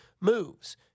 moves